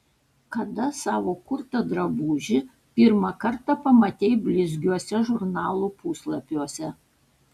kada savo kurtą drabužį pirmą kartą pamatei blizgiuose žurnalų puslapiuose